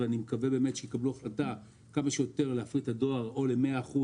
אני מקווה שיקבלו החלטה להפריט את הדואר ב-100%,